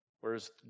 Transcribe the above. Whereas